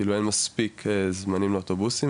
כאילו אין מספיק זמנים לאוטובוסים,